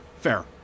fair